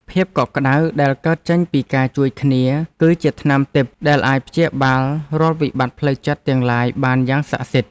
ភាពកក់ក្តៅដែលកើតចេញពីការជួយគ្នា គឺជាថ្នាំទិព្វដែលអាចព្យាបាលរាល់វិបត្តិផ្លូវចិត្តទាំងឡាយបានយ៉ាងស័ក្តិសិទ្ធិ។